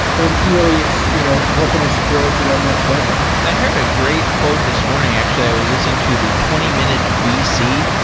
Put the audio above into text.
and he really is you know helping us grow to that next level i heard a great quote this morning. actually, i was listening to the twenty minute vc,